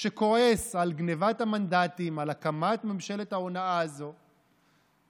כשאני שומע את שר הסייבר והקומבינות בממשלת הצללים של האופוזיציה,